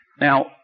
Now